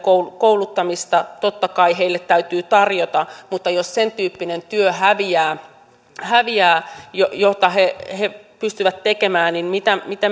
kouluttamista totta kai heille täytyy tarjota mutta jos sentyyppinen työ häviää häviää jota he he pystyvät tekemään mitä